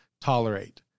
tolerate